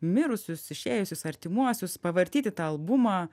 mirusius išėjusius artimuosius pavartyti tą albumą